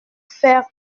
faire